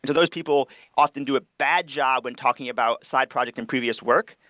and those people often do a bad job when talking about side project in previous work,